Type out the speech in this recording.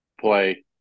play